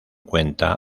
cuenta